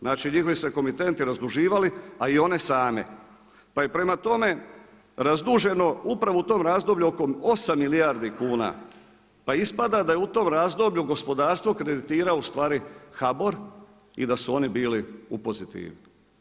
Znači njihovi su se komitenti razduživali, a i one same pa je prema tome razduženo upravo u tome razdoblju oko osam milijardi kuna, pa ispada da je u tome razdoblju gospodarstvo kreditira ustvari HBOR i da su oni bili u pozitivi.